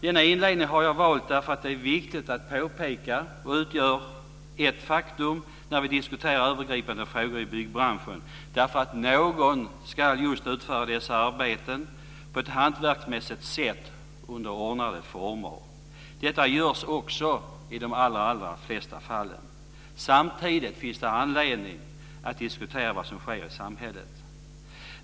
Denna inledning har jag valt därför att det är viktigt att påpeka och utgör ett faktum när vi diskuterar övergripande frågor i byggbranschen att någon ska utföra just dessa arbeten på ett hantverksmässigt sätt under ordnade former. Detta görs också i de allra flesta fallen. Samtidigt finns det anledning att diskutera vad som sker i samhället.